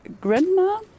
grandma